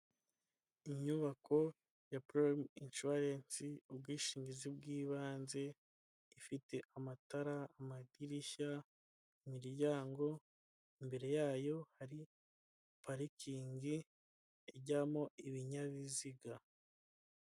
Inyubako ya purayimu inshuwarensi ubwishingizi bw'ibanze ifite amatara, amadirishya, imiryango, imbere yayo hari parikingi ijyamo ibinyabiziga.